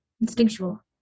instinctual